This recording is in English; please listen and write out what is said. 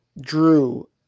Drew –